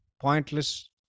pointless